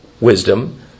wisdom